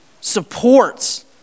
supports